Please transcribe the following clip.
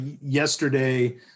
yesterday